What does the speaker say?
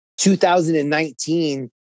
2019